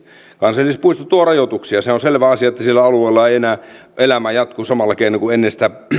kansallispuisto tuo rajoituksia se on selvä asia että siellä alueella ei enää elämä jatku samalla keinoin kuin ennen sitä